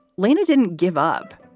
layna didn't give up.